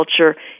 culture